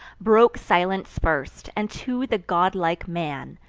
broke silence first, and to the godlike man,